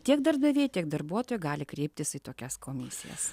tiek darbdaviai tiek darbuotojai gali kreiptis į tokias komisijas